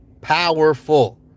Powerful